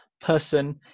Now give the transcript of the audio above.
person